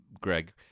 Greg